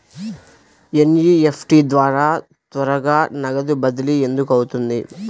NEFT ద్వారా త్వరగా నగదు బదిలీ ఎందుకు అవుతుంది?